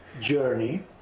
journey